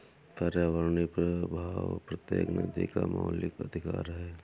पर्यावरणीय प्रवाह प्रत्येक नदी का मौलिक अधिकार है